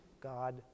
God